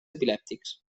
epilèptics